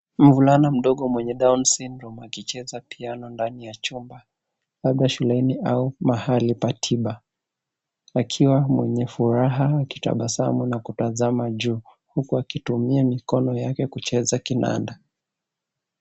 Mvulana mdogo mwenye down syndrome akicheza piano ndani ya chumba, labda shuleni au mahali pa tiba akiwa mwenye furaha akitabasamu na kutazama juu huku akitumia mikono yake kucheza kinada.